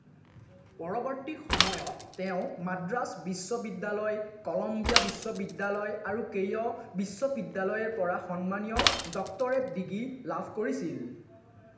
পৰৱৰ্তী সময়ত তেওঁ মাদ্ৰাজ বিশ্ববিদ্যালয় কলম্বিয়া বিশ্ববিদ্যালয় আৰু কেইয়' বিশ্ববিদ্যালয়ৰ পৰা সন্মানীয় ডক্তৰেট ডিগ্ৰী লাভ কৰিছিল